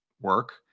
work